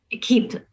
keep